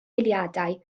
eiliadau